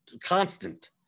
constant